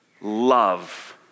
love